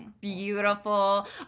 beautiful